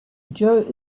joe